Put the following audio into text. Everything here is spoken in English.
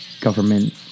government